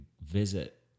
visit